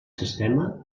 sistema